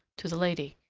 to the lady.